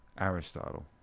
Aristotle